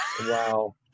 Wow